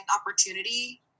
opportunity